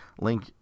link